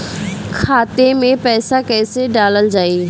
खाते मे पैसा कैसे डालल जाई?